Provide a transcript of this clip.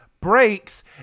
breaks